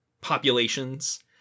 populations